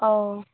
অঁ